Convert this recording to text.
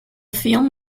film